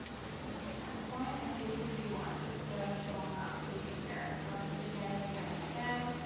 version end point. and we will see v one. and just to show i'm not faking here, i can run this again, and again, and again,